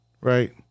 right